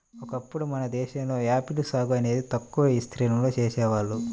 ఒకప్పుడు మన దేశంలో ఆపిల్ సాగు అనేది తక్కువ విస్తీర్ణంలో చేసేవాళ్ళు